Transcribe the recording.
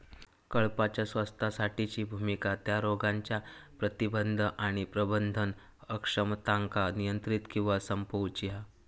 कळपाच्या स्वास्थ्यासाठीची भुमिका त्या रोगांच्या प्रतिबंध आणि प्रबंधन अक्षमतांका नियंत्रित किंवा संपवूची हा